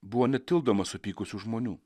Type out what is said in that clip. buvo netildomas supykusių žmonių